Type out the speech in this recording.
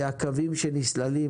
הקווים החשובים שנסללים,